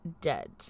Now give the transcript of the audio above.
dead